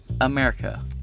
America